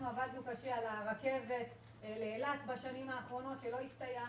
עבדנו קשה על הרכבת לאילת בשנים האחרונות שלא הסתייעה.